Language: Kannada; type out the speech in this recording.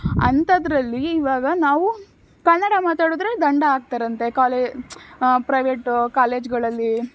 ಅಂಥದ್ದರಲ್ಲಿ ಇವಾಗ ನಾವು ಕನ್ನಡ ಮಾತಾಡಿದ್ರೆ ದಂಡ ಹಾಕ್ತಾರಂತೆ ಕಾಲೆ ಪ್ರೈವೇಟು ಕಾಲೇಜ್ಗಳಲ್ಲಿ